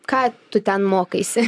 ką tu ten mokaisi